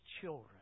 children